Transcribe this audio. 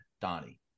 Donnie